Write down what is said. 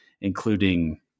including